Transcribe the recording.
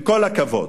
עם כל הכבוד.